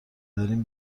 دارین